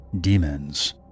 demons